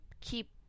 keep